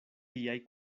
tiaj